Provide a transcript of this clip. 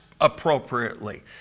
appropriately